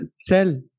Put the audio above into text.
sell